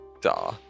Duh